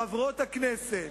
חברות הכנסת,